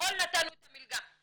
וכביכול נתנו את המלגה.